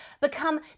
become